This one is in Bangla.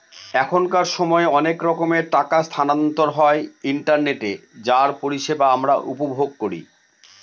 এখনকার সময় অনেক রকমের টাকা স্থানান্তর হয় ইন্টারনেটে যার পরিষেবা আমরা উপভোগ করি